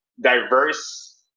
diverse